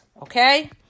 okay